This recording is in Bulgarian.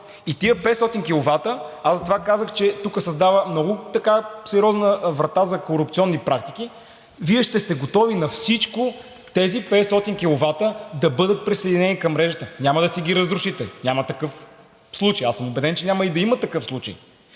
и тези 500 киловата, аз затова казах, че тук създава много сериозна врата за корупционни практики, Вие ще сте готови на всичко тези 500 киловата да бъдат присъединени към мрежата. Няма да си ги разрушите, няма такъв случай, аз съм убеден, че няма и да има такъв случай.